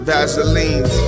Vaseline